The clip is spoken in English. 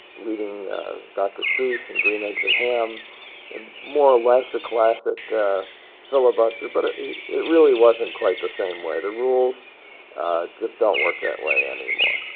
reading dr. seuss and green eggs and ham in more or less a classic filibuster, but it really wasn't quite the same way. the rules just don't work that way anymore.